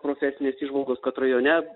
profesinės įžvalgos kad rajone